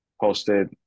posted